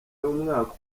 y’umwaka